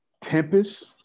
Tempest